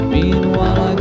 Meanwhile